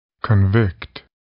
Convict